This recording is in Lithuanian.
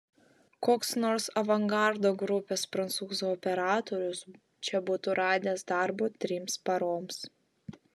koks nors avangardo grupės prancūzų operatorius čia būtų radęs darbo trims paroms